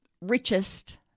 richest